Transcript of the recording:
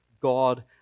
God